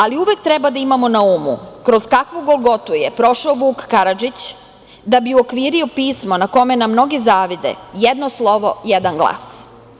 Ali, uvek treba da imamo na umu kroz kakvu golgotu je prošao Vuk Karadžić da bi uokvirio pismo na kome nam mnogi zavide - jedno slovo, jedan glas.